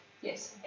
Yes